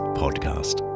podcast